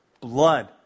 Blood